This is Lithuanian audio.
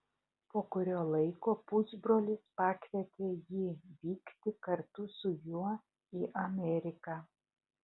po kurio laiko pusbrolis pakvietė jį vykti kartu su juo į ameriką